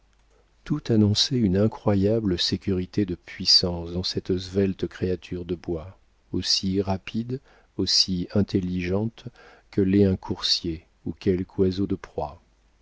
tout annonçait une incroyable sécurité de puissance dans cette svelte créature de bois aussi rapide aussi intelligente que l'est un coursier ou quelque oiseau de proie